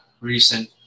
recent